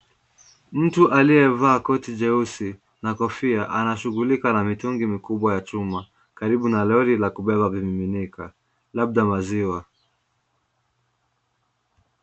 Mtu aliyevaa koti jeusi na kofia amashughulika na mitungi mikubwa ya chuma karibu na lori ya kubeba vimiminika labda maziwa.